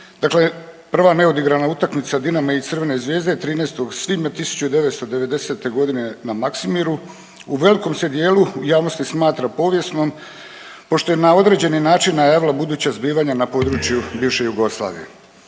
Dakle, prva neodigrana utakmica Dinama i Crvene Zvezde 13. svibnja 1990. godine na Maksimiru u velikom se dijelu u javnosti smatra povijesnom pošto je na određeni način najavila buduća zbivanja na području bivše Jugoslavije.